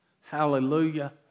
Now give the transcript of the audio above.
Hallelujah